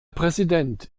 präsident